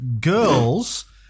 girls